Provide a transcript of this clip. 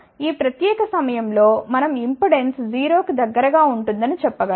ఈ ప్రత్యేక సమయంలో మనం ఇంపెడెన్స్ 0 కి దగ్గరగా ఉంటుందని చెప్పగలను